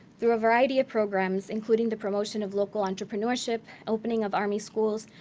through a variety of programs, including the promotion of local entrepreneurship, opening of army schools,